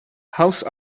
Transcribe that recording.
house